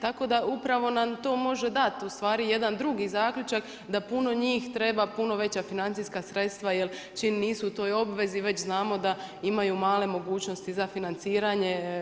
Tako da upravo nam to može dati, ustvari jedan drugi zaključak, da puno njih treba puno veća financijska sredstva, jer čim nisu u toj obvezi, već znamo da imamo male mogućnosti za financiranje.